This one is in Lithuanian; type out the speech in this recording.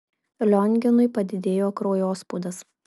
lionginui padidėjo kraujospūdis